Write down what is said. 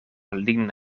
lin